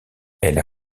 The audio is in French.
elles